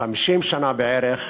50 שנה בערך,